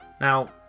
Now